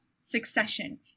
succession